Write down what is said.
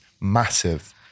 massive